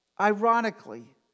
ironically